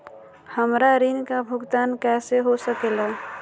हमरा ऋण का भुगतान कैसे हो सके ला?